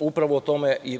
upravo